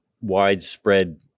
widespread